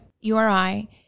URI